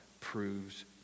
proves